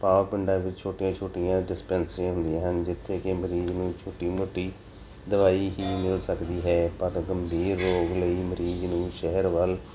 ਭਾਵ ਪਿੰਡਾਂ ਵਿੱਚ ਛੋਟੀਆਂ ਛੋਟੀਆਂ ਡਿਸਪੈਂਸਰੀਆਂ ਹੁੰਦੀਆਂ ਹਨ ਜਿੱਥੇ ਕਿ ਮਰੀਜ਼ ਨੂੰ ਛੋਟੀ ਮੋਟੀ ਦਵਾਈ ਹੀ ਮਿਲ ਸਕਦੀ ਹੈ ਪਰ ਗੰਭੀਰ ਰੋਗ ਲਈ ਮਰੀਜ਼ ਨੂੰ ਸ਼ਹਿਰ ਵੱਲ